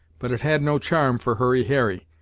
but it had no charm for hurry harry,